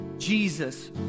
Jesus